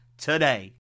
today